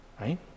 Right